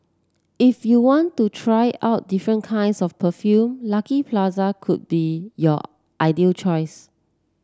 if you want to try out different kinds of perfume Lucky Plaza could be your ideal choice